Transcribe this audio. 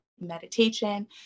meditation